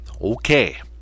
okay